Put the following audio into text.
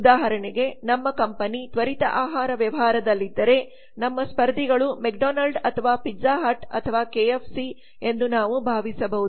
ಉದಾಹರಣೆಗೆ ನಮ್ಮ ಕಂಪನಿ ತ್ವರಿತ ಆಹಾರ ವ್ಯವಹಾರದಲ್ಲಿದ್ದರೆ ನಮ್ಮ ಸ್ಪರ್ಧಿಗಳು ಮೆಕ್ಡೊನಾಲ್ಡ್ಸ್ ಅಥವಾ ಪಿಜ್ಜಾ ಹಟ್ ಅಥವಾ ಕೆಎಫ್ಸಿ ಎಂದು ನಾವು ಭಾವಿಸಬಹುದು